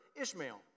Ishmael